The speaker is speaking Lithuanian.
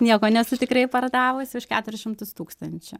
nieko nesu tikrai pardavusi už keturis šimtus tūkstančių